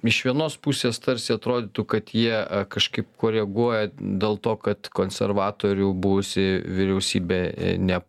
iš vienos pusės tarsi atrodytų kad jie kažkaip koreguoja dėl to kad konservatorių buvusi vyriausybė ne